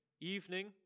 evening